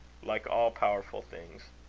like all powerful things.